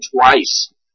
twice